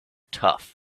tough